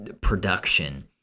production